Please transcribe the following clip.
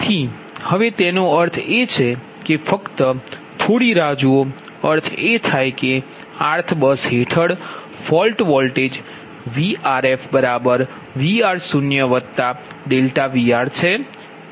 તેથી હવે તેનો અર્થ એ છે કે ફક્ત થોડી રાહ જુઓ અર્થ એ થાય કે rth બસ હેઠળ ફોલ્ટ વોલ્ટેજ VrfVr0ΔVr છે